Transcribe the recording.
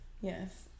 Yes